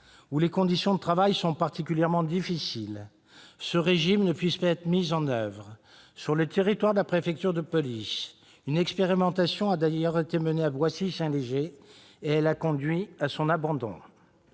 où les conditions de travail sont particulièrement difficiles, ce régime ne puisse pas être mis en oeuvre. Sur le territoire de la préfecture de police, une expérimentation a été menée à Boissy-Saint-Léger et a conduit à son abandon.